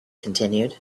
continued